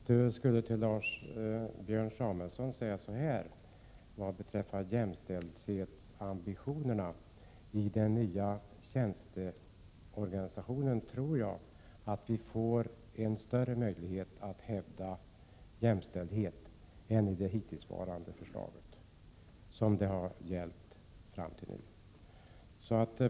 Fru talman! Till Björn Samuelson vill jag säga följande vad beträffar jämställdhetsambitionerna. Jag tror att vi i den nya tjänsteorganisationen får större möjlighet att hävda jämställdheten än vad som hittills varit fallet.